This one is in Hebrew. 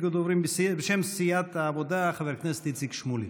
בשם סיעת העבודה, חבר הכנסת איציק שמולי.